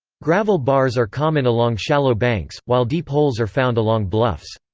gravel bars are common along shallow banks, while deep holes are found along bluffs.